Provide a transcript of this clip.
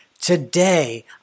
Today